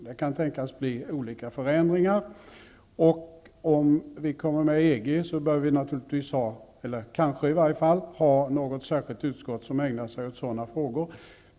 Det kan tänkas bli olika förändringar, och om vi kommer med i EG bör vi kanske ha ett särskilt utskott som ägnar sig åt sådana frågor.